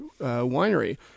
winery